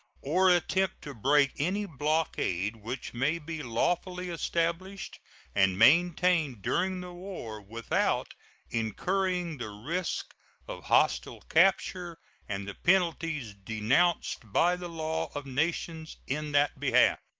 or attempt to break any blockade which may be lawfully established and maintained during the war, without incurring the risk of hostile capture and the penalties denounced by the law of nations in that behalf.